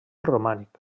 romànic